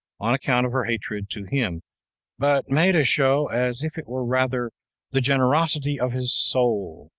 on account of her hatred to him but made a show as if it were rather the generosity of his soul,